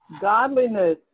godliness